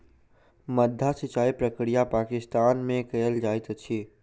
माद्दा सिचाई प्रक्रिया पाकिस्तान में कयल जाइत अछि